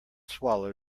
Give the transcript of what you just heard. swallow